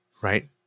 right